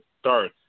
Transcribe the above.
start